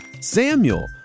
Samuel